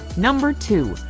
number two.